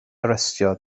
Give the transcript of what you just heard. harestio